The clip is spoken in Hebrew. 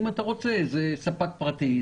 זה ספק פרטי,